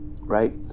right